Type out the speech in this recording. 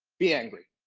be angry.